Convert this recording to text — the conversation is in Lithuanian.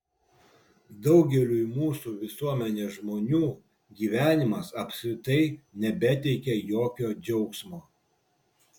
daugeliui mūsų visuomenės žmonių gyvenimas apskritai nebeteikia jokio džiaugsmo